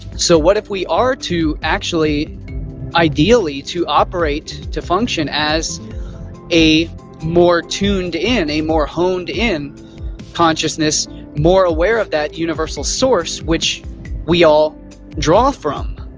so what if we are to actually ideally to operate, to function as a more tuned in, a more honed in consciousness more aware of that universal source which we all draw from?